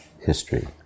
history